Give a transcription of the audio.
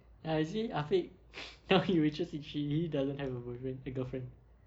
ya you see afiq now he wishes if he he doesn't have a boyfriend uh girlfriend